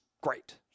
great